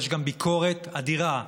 יש גם ביקורת אדירה,